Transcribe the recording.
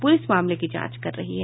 police मामले की जांच कर रही है